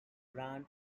band